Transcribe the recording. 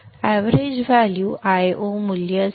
average value Io मूल्य असेल